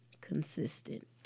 Consistent